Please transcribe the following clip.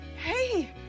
Hey